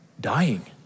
Dying